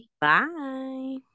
Bye